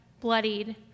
bloodied